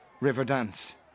Riverdance